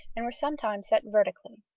and were sometimes set vertically.